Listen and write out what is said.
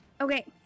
Okay